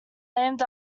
named